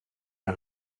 der